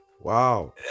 Wow